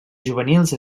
juvenils